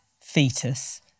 fetus